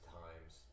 times